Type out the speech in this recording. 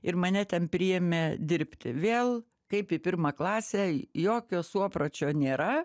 ir mane ten priėmė dirbti vėl kaip į pirmą klasę jokio suopračio nėra